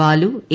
Balu A